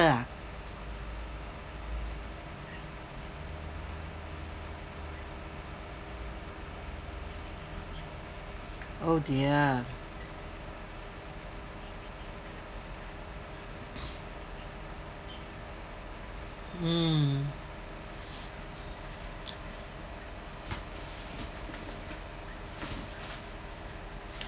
ah oh dear mm